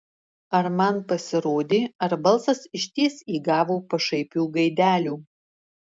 ar man pasirodė ar balsas išties įgavo pašaipių gaidelių